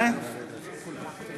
יש סיבוב שני.